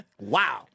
Wow